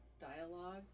dialogue